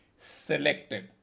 selected